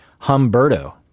Humberto